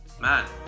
man